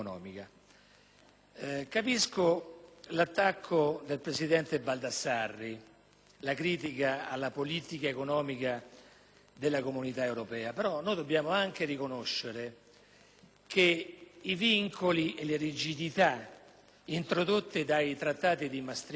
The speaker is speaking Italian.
Capisco l'attacco del senatore Baldassarri, la sua critica alla politica economica della Unione europea; però dobbiamo anche riconoscere che i vincoli e le rigidità introdotte dai Trattati di Maastricht